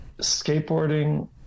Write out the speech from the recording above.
skateboarding